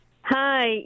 Hi